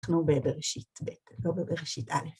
אנחנו בבראשית ב', לא בבראשית א'.